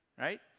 Right